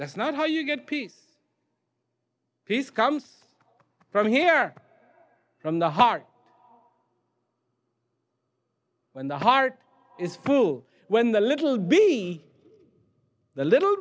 that's not how you get peace peace comes from here from the heart when the heart is full when the little bee the little